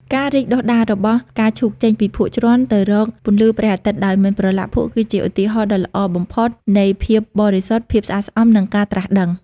ការរីកដុះដាលរបស់ផ្កាឈូកចេញពីភក់ជ្រាំទៅរកពន្លឺព្រះអាទិត្យ ដោយមិនប្រឡាក់ភក់ គឺជាឧទាហរណ៍ដ៏ល្អបំផុតនៃ ភាពបរិសុទ្ធ ភាពស្អាតស្អំ និងការត្រាស់ដឹង។